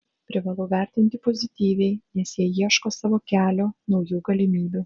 privalau vertinti pozityviai nes jie ieško savo kelio naujų galimybių